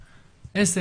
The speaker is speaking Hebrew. עשר,